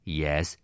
yes